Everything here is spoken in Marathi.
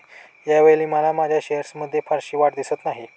यावेळी मला माझ्या शेअर्समध्ये फारशी वाढ दिसत नाही